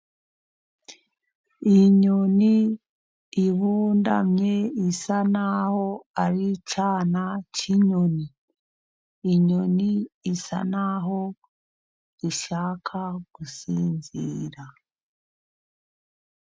Iyi nyoni ibundamye, isa naho ari icyana cy'inyoni. Inyoni isa naho ishaka gusinzira.